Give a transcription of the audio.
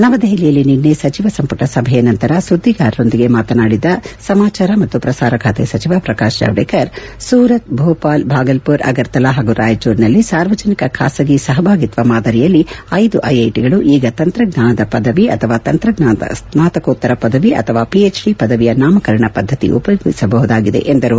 ನವದೆಹಲಿಯಲ್ಲಿ ನಿನ್ನೆ ಸಚಿವ ಸಂಪುಟ ಸಭೆಯ ನಂತರ ಸುದ್ದಿಗಾರರೊಂದಿಗೆ ಮಾತನಾಡಿದ ಸಮಾಚಾರ ಮತ್ತು ಪ್ರಸಾರ ಖಾತೆ ಸಚಿವ ಪ್ರಕಾಶ್ ಜಾವ್ದೇಕರ್ ಸೂರತ್ ಭೋಪಾಲ್ ಭಾಗಲ್ಪೂರ್ ಅಗರ್ತಲಾ ಹಾಗೂ ರಾಯಚೂರಿನಲ್ಲಿ ಸಾರ್ವಜನಿಕ ಖಾಸಗಿ ಸಹಭಾಗಿತ್ವ ಮಾದರಿಯಲ್ಲಿ ಐದು ಐಐಟಿಗಳು ಈಗ ತಂತ್ರಜ್ಞಾನದ ಪದವಿ ಅಥವಾ ತಂತ್ರಜ್ಞಾನ ಸ್ನಾತಕೋತ್ತರ ಪದವಿ ಅಥವಾ ಪಿಎಚ್ಡಿ ಪದವಿಯ ನಾಮಕರಣ ಪದ್ದತಿ ಉಪಯೋಗಿಸಬಹುದಾಗಿದೆ ಎಂದರು